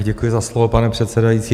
Děkuji za slovo, pane předsedající.